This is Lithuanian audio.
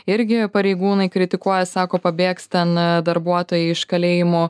irgi pareigūnai kritikuoja sako pabėgs ten darbuotojai iš kalėjimų